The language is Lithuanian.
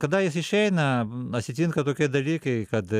kada jis išeina atsitinka tokie dalykai kad